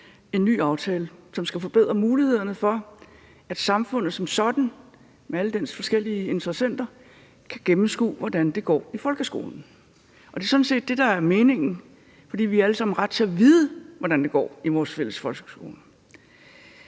en ny aftale, som skal forbedre mulighederne for, at samfundet som sådan med alle de forskellige interessenter kan gennemskue, hvordan det går i folkeskolen. Og det er sådan set det, der er meningen, for vi har alle sammen ret til at vide, hvordan det går i vores fælles folkeskole.